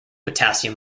potassium